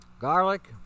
garlic